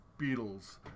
Beatles